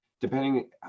depending